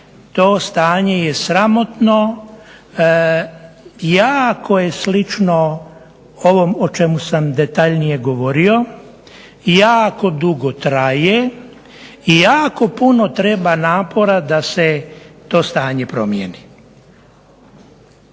To stanje je sramotno, jako je slično ovom o čemu sam detaljnije govorio, jako dugo traje i jako puno treba napora da se to stanje promijeni.